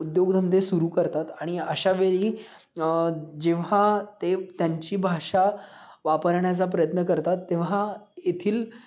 उद्योगधंदे सुरू करतात आणि अशावेळी जेव्हा ते त्यांची भाषा वापरण्याचा प्रयत्न करतात तेव्हा येथील